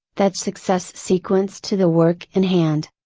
that success sequence to the work in hand.